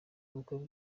ubukwe